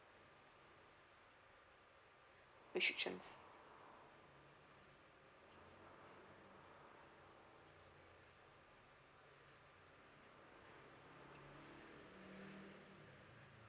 restriction